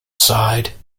sighed